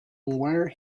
where